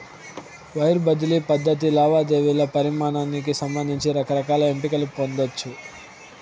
wire బదిలీ పద్ధతి లావాదేవీల పరిమానానికి సంబంధించి రకరకాల ఎంపికలు పొందచ్చు